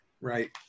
right